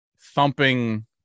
thumping